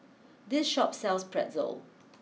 this Shop sells Pretzel